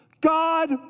God